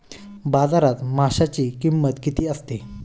बाजारात माशांची किंमत किती असते?